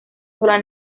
sola